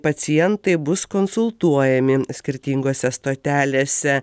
pacientai bus konsultuojami skirtingose stotelėse